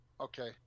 Okay